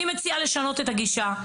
אני מציעה לשנות את הגישה.